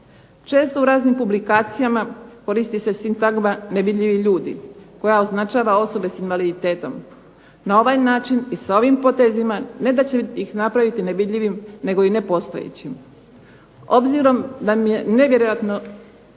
Često u raznim publikacijama koristi se sintagma nevidljivi ljudi koja označava osobe sa invaliditetom. Na ovaj način i sa ovim potezima ne da će ih napraviti nevidljivim, nego i nepostojećim. Obzirom da me najvjerojatnije